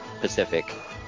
Pacific